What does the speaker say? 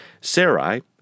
Sarai